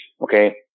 Okay